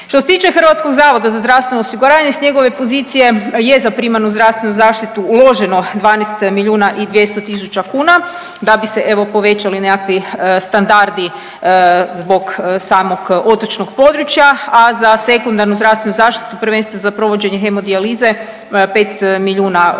Što se tiče HZZO-a s njegove pozicije je za primarnu zdravstvenu zaštitu uloženo 12 milijuna i 200.000 kuna da bi se povećali nekakvi standardi zbog samog otočnog područja, a za sekundarnu zdravstvenu zaštitu prvenstveno za provođenje hemodijalize 5 milijuna kuna